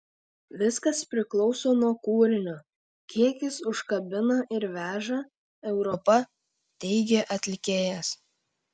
viskas priklauso nuo kūrinio kiek jis užkabina ir veža europa teigė atlikėjas